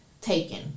taken